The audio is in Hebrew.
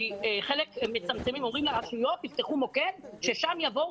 כי מצמצמים לרשויות: תפתחו מוקד שאליו יבואו